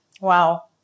Wow